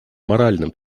моральным